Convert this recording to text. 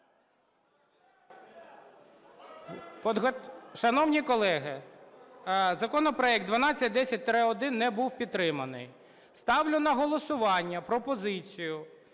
Шановні колеги, законопроект 1210-1 не був підтриманий. Ставлю на голосування пропозицію